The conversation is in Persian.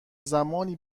زمانی